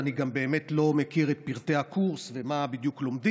אני גם באמת לא מכיר את פרטי הקורס ומה בדיוק לומדים,